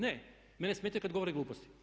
Ne, mene smetaju kad govore gluposti.